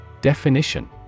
Definition